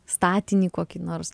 statinį kokį nors